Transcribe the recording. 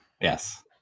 Yes